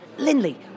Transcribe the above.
Lindley